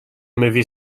movie